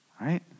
right